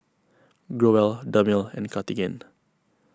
Growell Dermale and Cartigain